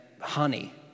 honey